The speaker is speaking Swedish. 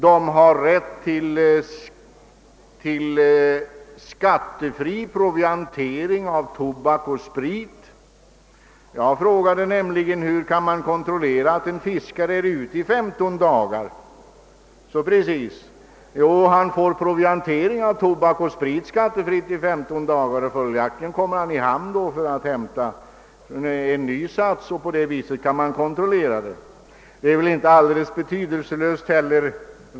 De har också rätt till skattefri proviantering av tobak och sprit i vissa fall, nämligen om de är ute under minst femton dagar. Jag har frågat, hur det kan kontrolleras att en fiskare befinner sig utom hemorten i exakt femton dagar. Jo, han får proviantera tobak och sprit skattefritt — och följaktligen kommer han i hamn efter denna tid för att hämta en ny sats! På det viset kan man kontrollera hur länge han befinner sig ute till havs.